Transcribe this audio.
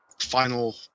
final